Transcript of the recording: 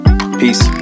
Peace